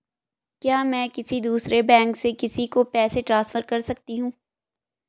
क्या मैं किसी दूसरे बैंक से किसी को पैसे ट्रांसफर कर सकती हूँ?